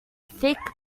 thick